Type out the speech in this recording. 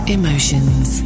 emotions